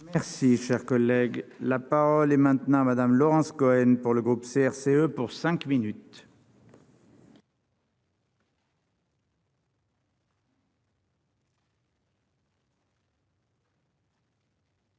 Merci, cher collègue, la parole est maintenant à Madame Laurence Cohen pour le groupe CRCE pour 5 minutes.